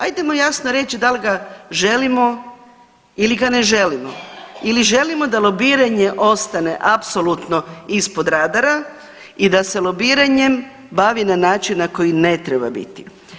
Ajdemo jasno reći da li ga želimo ili ga ne želimo ili želimo da lobiranje ostane apsolutno ispod radara i da se lobiranjem bavi na način na koji ne treba biti.